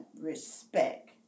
respect